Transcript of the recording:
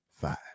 five